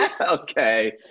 Okay